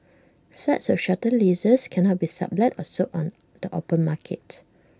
flats with shorter leases cannot be sublet or sold on the open market